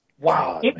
Wow